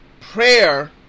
prayer